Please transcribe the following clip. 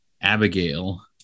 Abigail